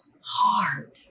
hard